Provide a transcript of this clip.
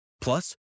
Plus